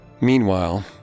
Meanwhile